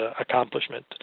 accomplishment